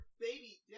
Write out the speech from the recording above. baby